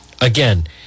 again